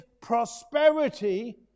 prosperity